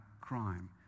crime